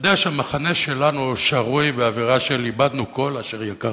יודע שהמחנה שלנו שרוי באווירה של "איבדנו כל אשר יקר